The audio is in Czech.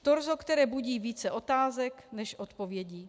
Torzo, které budí více otázek než odpovědí.